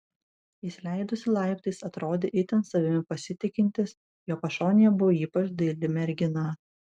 jis leidosi laiptais atrodė itin savimi pasitikintis jo pašonėje buvo ypač daili mergina